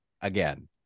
Again